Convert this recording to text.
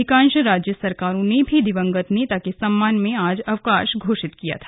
अधिकांश राज्य सरकारों ने भी दिवंगत नेता के सम्मान में आज अवकाश घोषित किया है